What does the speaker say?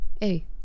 Hey